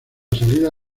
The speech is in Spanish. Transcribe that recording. salida